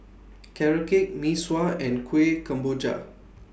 Carrot Cake Mee Sua and Kuih Kemboja